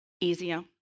easier